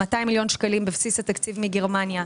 200 מיליון שקלים בבסיס התקציב מגרמניה.